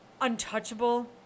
untouchable